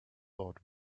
lot